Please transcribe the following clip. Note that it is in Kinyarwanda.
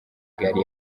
gari